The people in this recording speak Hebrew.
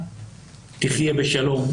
תחייה בשלום,